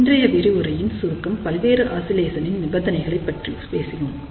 இன்றைய விரிவுரையின் சுருக்கம் பல்வேறு ஆசிலேசனின் நிபந்தனைகளைப் பற்றி பேசினோம்